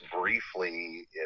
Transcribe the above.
briefly